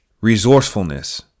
resourcefulness